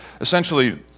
essentially